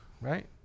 right